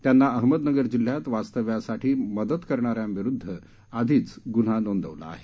त्यांना अहमदनगर जिल्ह्यात वास्तव्यासाठी मदत करणाऱ्यांविरूद्ध याआधीच गुन्हा नोंदवला आहे